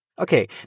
Okay